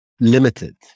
limited